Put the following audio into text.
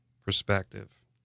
perspective